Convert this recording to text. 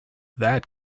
that